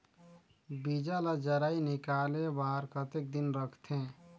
बीजा ला जराई निकाले बार कतेक दिन रखथे?